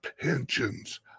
pensions